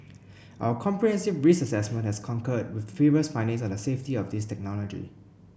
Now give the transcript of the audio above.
our comprehensive risk assessment has concurred with previous findings on the safety of this technology